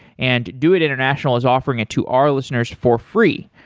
and doit international is offering it to our listeners for free.